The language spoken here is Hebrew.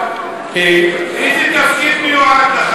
איזה תפקיד מיועד לך?